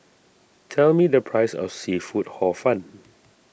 tell me the price of Seafood Hor Fun